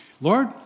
Lord